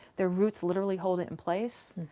their roots literally hold it in place.